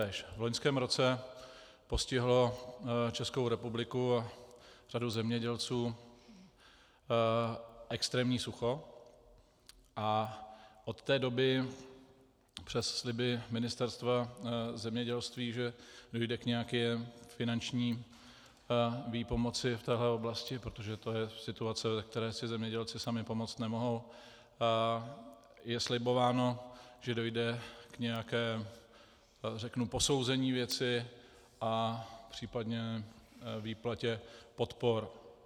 V loňském roce postihlo Českou republiku a řadu zemědělců extrémní sucho a od té doby přes sliby Ministerstva zemědělství, že dojde k nějaké finanční výpomoci v téhle oblasti, protože to je situace, ze které si zemědělci sami pomoct nemohou, je slibováno, že dojde k nějakému posouzení věci a případně výplatě podpor.